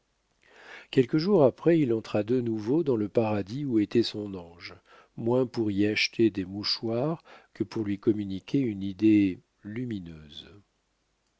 quelques jours après il entra de nouveau dans le paradis où était son ange moins pour y acheter des mouchoirs que pour lui communiquer une idée lumineuse